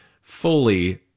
fully